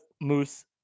Moose